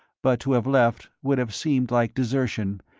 but to have left would have seemed like desertion,